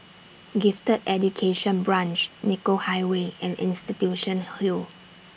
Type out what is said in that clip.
Gifted Education Branch Nicoll Highway and Institution Hill